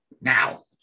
Now